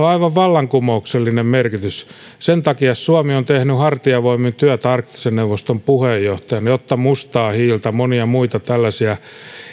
on aivan vallankumouksellinen merkitys sen takia suomi on tehnyt hartiavoimin työtä arktisen neuvoston puheenjohtajana jotta mustaa hiiltä monia muita tällaisia